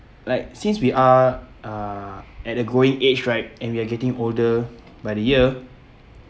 like since we are uh at a growing age right and we are getting older by the year